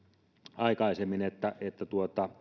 aikaisemmin että että